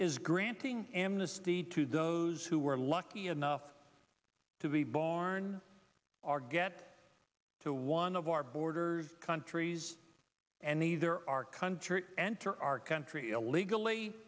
is granting amnesty to those who are lucky enough to be born or get to one of our borders countries and the there are countries enter our country illegally